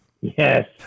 Yes